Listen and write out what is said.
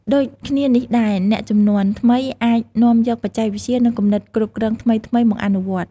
ដូចគ្នានេះដែរ អ្នកជំនាន់ថ្មីអាចនាំយកបច្ចេកវិទ្យា និងគំនិតគ្រប់គ្រងថ្មីៗមកអនុវត្តន៍។